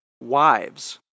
wives